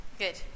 Good